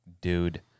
dude